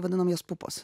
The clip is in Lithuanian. vadinam jas pupos